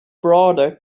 broader